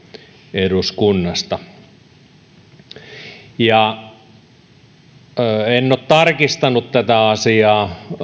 eduskunnasta en ole tarkistanut tätä asiaa